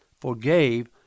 forgave